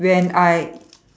when I